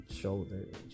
shoulders